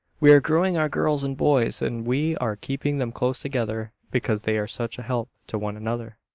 we are growing our girls and boys, and we are keeping them close together, because they are such a help to one another,